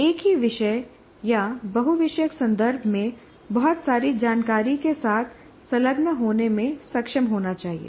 एक ही विषय या बहु विषयक संदर्भ में बहुत सारी जानकारी के साथ संलग्न होने में सक्षम होना चाहिए